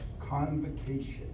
convocation